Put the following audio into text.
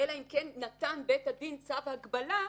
אלא אם כן נתן בית הדין צו הגבלה,